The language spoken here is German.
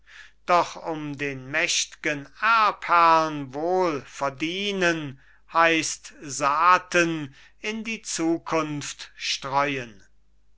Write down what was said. doch um den mächt'gen erbherrn wohl verdienen heisst staaten in die zukunft streun